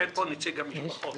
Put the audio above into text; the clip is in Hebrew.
יש פה נציגי משפחות.